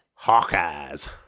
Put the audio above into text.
Hawkeyes